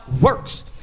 works